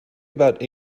about